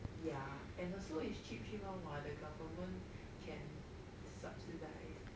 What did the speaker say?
ya and also is cheap cheap one what the government can subsidized